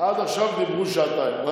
עד עכשיו דיברו שעתיים.